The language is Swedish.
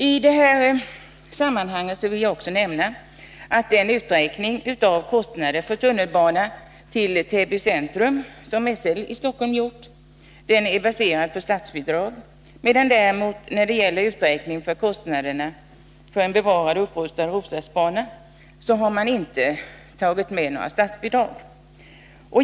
I det här sammanhanget vill jag också nämna att den uträkning av kostnader för tunnelbana till Täby centrum som SL i Stockholm gjort är baserad på statsbidrag, medan man när det gäller uträkningen av kostnaderna för en bevarad och upprustad Roslagsbana inte har tagit med några statsbidrag.